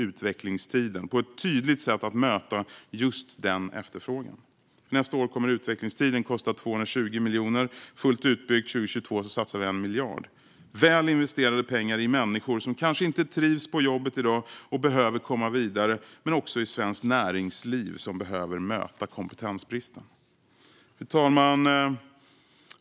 Utvecklingstiden kommer på ett tydligt sätt att möta just denna efterfrågan. Nästa år kommer utvecklingstiden att kosta 220 miljoner. När detta är fullt utbyggt 2022 satsar vi 1 miljard. Det är väl investerade pengar i människor som kanske inte trivs på jobbet i dag och som behöver komma vidare men också i svenskt näringsliv, som behöver möta kompetensbristen. Fru talman!